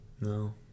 No